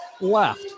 left